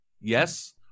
yes